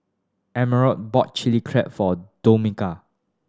Americo bought Chilli Crab for Dominga